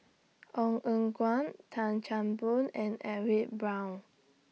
Ong Eng Guan Tan Chan Boon and Edwin Brown